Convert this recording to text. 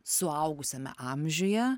suaugusiame amžiuje